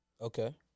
Okay